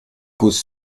causes